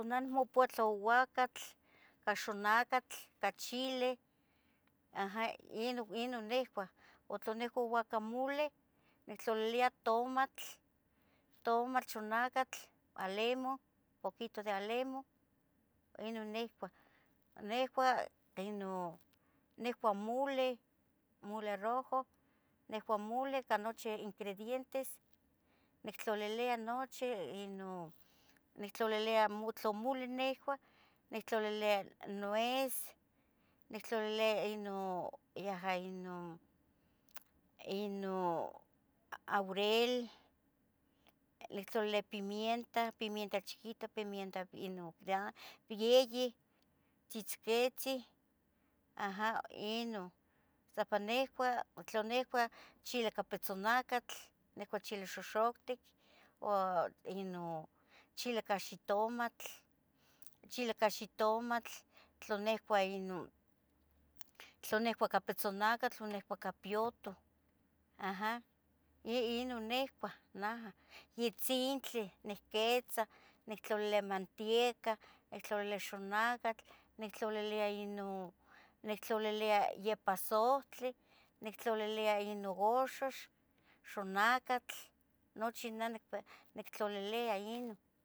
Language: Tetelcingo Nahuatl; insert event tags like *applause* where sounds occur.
Nin tla ouacatl ica xonacatl ica chili aja inon nicuah. Tla nicua guacamole nictlalilia tomatl, xonacatl, alemoh poquito de alemoh inon nicuah. Nicuah mole, mole rojo nicuah mole ica nochi ingredientes, nictlulilia nochi inon, nitlalilia tla moli nicua nictlalilia nuez, nictlalilia inon yaja Inon *hesitation* aurel, nictolilia pimienta piemienta chiquitia piemienta ino gran *hesitation* pieyi, tzihtziquitzeh aja inon. Occsipa nihcua, tla nicuah chili ica petzonacatl, nicua chili xoxoctic, chili ica xitomatl, tla nicuah ica pitzonacatl o ica piyototl aja inon nicuah neja. Itzintli nicquitzah nictlolilia matieca, nictlolilia xonacatl, nictlolilia inon nictlolilia yipasohtlih, nictlolilia inon axox, xonacatl nochi non nictlolilia inon